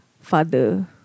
father